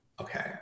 Okay